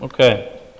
Okay